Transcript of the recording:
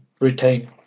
retain